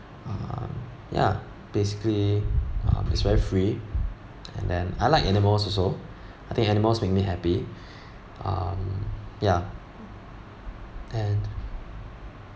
um ya basically um it's very free and then I like animals also I think animals make me happy um ya and